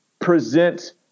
present